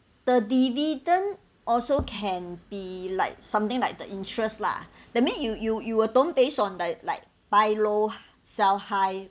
the dividend also can be like something like the interest lah that means you you you will don't based on like like buy low sell high